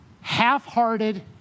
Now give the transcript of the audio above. half-hearted